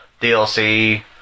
DLC